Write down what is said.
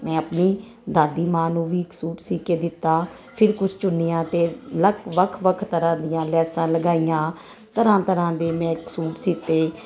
ਮੈਂ ਆਪਣੀ ਦਾਦੀ ਮਾਂ ਨੂੰ ਵੀ ਇੱਕ ਸੂਟ ਸੀ ਕੇ ਦਿੱਤਾ ਫਿਰ ਕੁਛ ਚੁੰਨੀਆਂ ਤੇ ਵੱਖ ਵੱਖ ਤਰ੍ਹਾਂ ਦੀਆਂ ਲੈਸਾਂ ਲਗਾਈਆਂ ਤਰਾਂ ਤਰਾਂ ਦੇ ਮੈਂ ਸੂਟ ਸੀਤੇ